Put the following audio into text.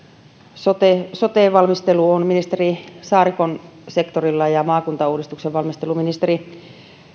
sote sote valmistelu on ministeri saarikon sektorilla ja maakuntauudistuksen valmistelu ministeri